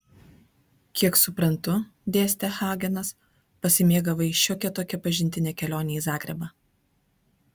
kiek suprantu dėstė hagenas pasimėgavai šiokia tokia pažintine kelione į zagrebą